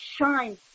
shine